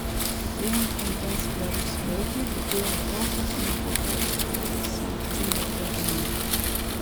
didėjant vandens garų slėgiui didėja tokios medžiagos sorbcinė drėgmė